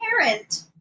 parent